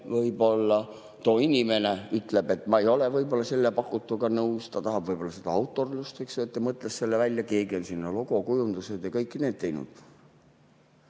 Võib-olla too inimene ütleb, et ta ei ole selle pakutuga nõus, ta tahab võib-olla seda autorsust, eks, ta mõtles selle välja, keegi on logo, kujundused ja kõik need teinud. See